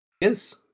yes